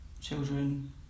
children